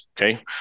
Okay